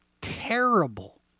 terrible